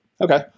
Okay